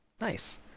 Nice